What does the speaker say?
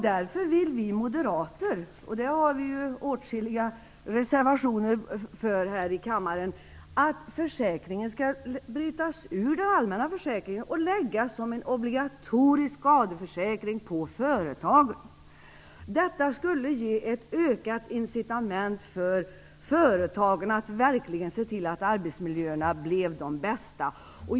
Därför vill vi moderater, och det har vi åtskilliga reservationer för här i kammaren, att försäkringen skall brytas ur den allmänna försäkringen och läggas på företagen som en obligatorisk skadeförsäkring. Detta skulle ge ett ökat incitament för företagen att verkligen se till att arbetsmiljöerna blev de bästa.